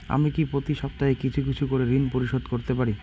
আমি কি প্রতি সপ্তাহে কিছু কিছু করে ঋন পরিশোধ করতে পারি?